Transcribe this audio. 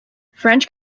french